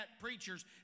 preachers